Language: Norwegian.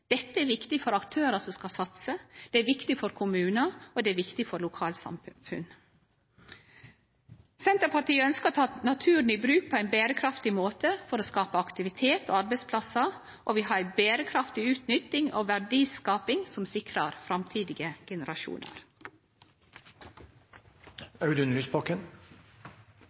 Dette er viktig for aktørar som skal satse, det er viktig for kommunar, og det er viktig for lokalsamfunn. Senterpartiet ønskjer å ta naturen i bruk på ein berekraftig måte for å skape aktivitet og arbeidsplassar, og vi vil ha ei berekraftig utnytting og verdiskaping som sikrar framtidige generasjonar.